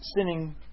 sinning